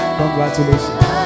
congratulations